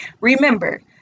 Remember